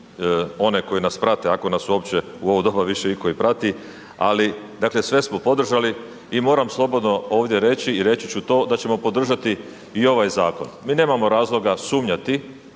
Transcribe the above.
one koji nas prate ako nas uopće u ovo doba više iko i prati, ali dakle sve smo podržali i moram slobodno ovdje reći i reći ću to da ćemo podržati i ovaj zakon. Mi nemamo razloga sumnjati